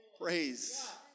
Praise